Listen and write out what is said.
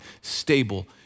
stable